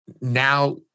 now